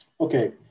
Okay